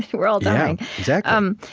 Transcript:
we're all dying yeah, um